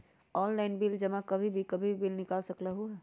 Online bill जमा कहीं भी कभी भी बिल निकाल सकलहु ह?